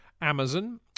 Amazon